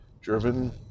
driven